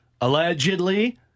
Allegedly